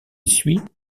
suit